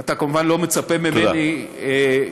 אתה כמובן לא מצפה ממני, תודה.